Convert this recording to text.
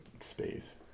space